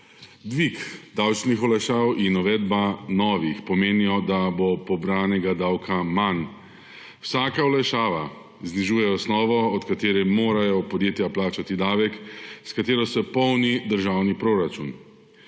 Dvig davčnih olajšav in uvedba novih pomenita, da bo pobranega davka manj. Vsaka olajšava znižuje osnovo, od katere morajo podjetja plačati davek, s katero se polni državni proračun.